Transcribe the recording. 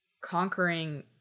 conquering